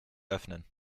öffnen